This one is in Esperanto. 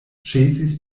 ĉesis